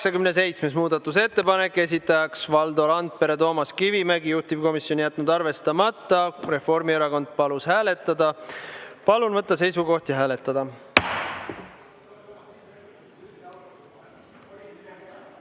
87. muudatusettepanek, esitajad Valdo Randpere ja Toomas Kivimägi, juhtivkomisjon jätnud arvestamata. Reformierakond palus hääletada. Palun võtta seisukoht ja hääletada!